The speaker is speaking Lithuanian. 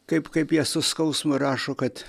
kaip kaip jie su skausmu rašo kad